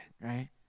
right